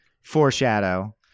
foreshadow